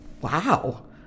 Wow